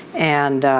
and